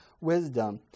wisdom